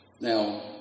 now